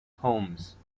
homes